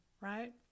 right